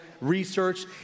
research